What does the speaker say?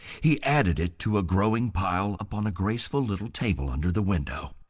he added it to a growing pile upon a graceful little table under the window.